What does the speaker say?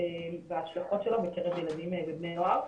וההשלכות שלו בקרב ילדים ובני נוער.